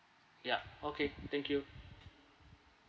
yup okay thank you